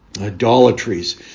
Idolatries